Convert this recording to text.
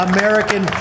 American